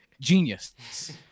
genius